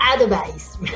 advice